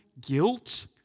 guilt